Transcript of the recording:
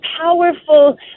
powerful